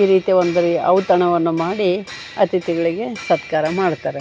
ಈ ರೀತಿಯ ಒಂದು ರಿ ಔತಣವನ್ನು ಮಾಡಿ ಅಥಿತಿಗಳಿಗೆ ಸತ್ಕಾರ ಮಾಡ್ತಾರೆ